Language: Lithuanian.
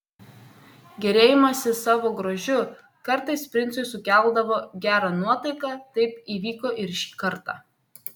gėrėjimasis savo grožiu kartais princui sukeldavo gerą nuotaiką taip įvyko ir šį kartą